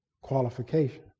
qualification